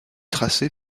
tracé